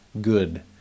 good